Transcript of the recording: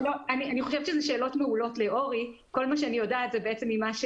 וזה שיקול שאנחנו בוודאי מתחשבים בו